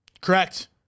Correct